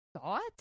thought